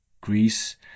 Greece